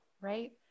right